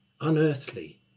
unearthly